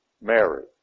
Mary